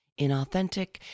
inauthentic